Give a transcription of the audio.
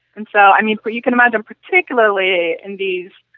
and so um you but you can imagine, particularly in these,